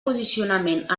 posicionament